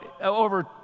over